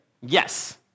Yes